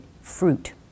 fruit